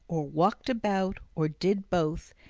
or walked about, or did both,